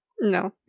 No